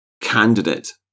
candidate